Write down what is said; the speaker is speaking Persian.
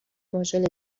ماژول